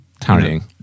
Tarrying